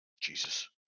Jesus